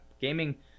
gaming